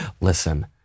listen